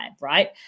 right